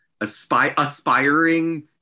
aspiring